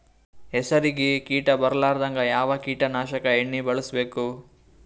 ಹೆಸರಿಗಿ ಕೀಟ ಬರಲಾರದಂಗ ಯಾವ ಕೀಟನಾಶಕ ಎಣ್ಣಿಬಳಸಬೇಕು?